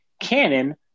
canon